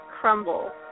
crumble